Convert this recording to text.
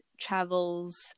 travels